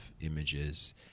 images